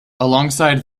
alongside